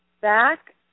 back